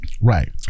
right